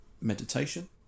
meditation